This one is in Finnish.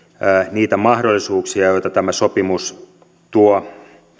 niitä mahdollisuuksia joita tämä sopimus tuo